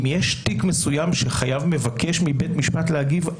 אם יש תיק מסוים שחייב מבקש מבית משפט להגיב,